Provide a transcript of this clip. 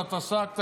קצת עסקת,